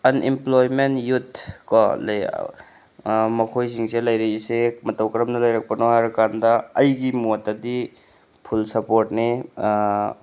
unemployment youth ꯀꯣ ꯂꯩ ꯃꯈꯣꯏ ꯁꯤꯡꯁꯦ ꯂꯩꯔꯛꯏꯁꯦ ꯃꯇꯧ ꯀꯔꯝꯅ ꯂꯩꯔꯛꯄꯅꯣ ꯍꯥꯏꯔꯀꯥꯟꯗ ꯑꯩꯒꯤ ꯃꯣꯠꯇꯗꯤ ꯐꯨꯜ ꯁꯥꯞꯄꯣꯔꯠꯅꯦ